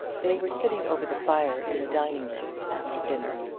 they were sitting over the fire in the dining-room, after dinner,